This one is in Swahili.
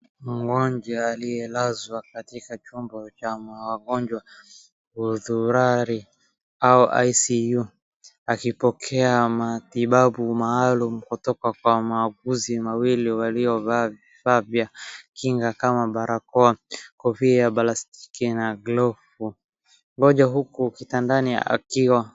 Mgonjwa aliyelazwa katika chumba cha wagonjwa hudhurari au ICU , akipokea matibabu maalum kutoka kwa mauguzi mawili waliovaa vifaaa vya kinga kama barakoa, kofia ya plastiki na glovu. Mgonjwa huku kitandani akiwa...